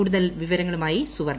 കൂടുതൽ വിവരങ്ങളുമായി സ്ുവർണ